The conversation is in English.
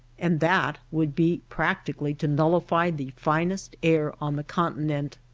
and that would be practi cally to nullify the finest air on the continent.